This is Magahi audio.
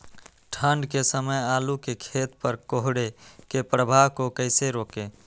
ठंढ के समय आलू के खेत पर कोहरे के प्रभाव को कैसे रोके?